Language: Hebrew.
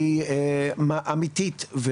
היא אמיתית.